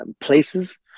places